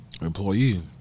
employee